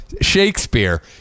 Shakespeare